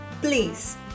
Please